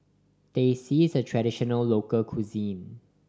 Teh C is a traditional local cuisine